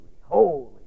holy